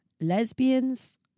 lesbians